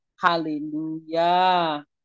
Hallelujah